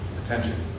attention